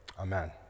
Amen